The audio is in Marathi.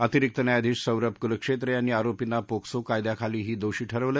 अतिरिक्त न्यायाधीश सौरभ कुलक्षेत्र यांनी आरोपींना पोक्सो कायद्याखालीही दोषी ठरवलं